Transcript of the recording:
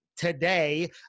today